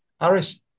Harris